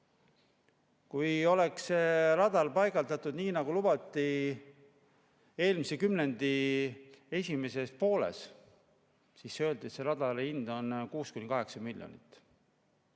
Kui oleks radar paigaldatud nii, nagu lubati eelmise kümnendi esimeses pooles, siis öeldi, et selle radari hind on 6–8 miljonit. Eelmise